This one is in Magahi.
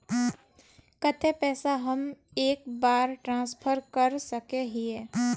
केते पैसा हम एक बार ट्रांसफर कर सके हीये?